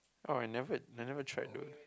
oh I never I never have tried dude